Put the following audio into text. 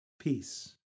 Peace